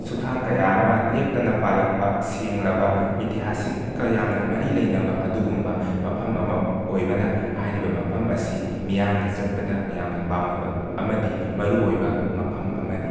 ꯁꯨꯊꯥꯡ ꯀꯌꯥ ꯑꯃ ꯂꯦꯞꯇꯅ ꯄꯥꯜꯂꯛꯄ ꯁꯦꯡꯂꯕ ꯏꯇꯤꯍꯥꯁꯤꯛꯀ ꯌꯥꯝꯅ ꯃꯔꯤ ꯂꯩꯅꯕ ꯑꯗꯨꯒꯨꯝꯕ ꯃꯐꯝ ꯑꯃ ꯑꯣꯏꯕꯅ ꯍꯥꯏꯔꯤꯕ ꯃꯐꯝ ꯑꯁꯤ ꯃꯤꯌꯥꯝꯅ ꯆꯠꯄꯗ ꯌꯥꯝꯅ ꯄꯥꯝꯅꯕ ꯑꯃꯗꯤ ꯃꯔꯨꯑꯣꯏꯕ ꯃꯐꯝ ꯑꯃꯅꯤ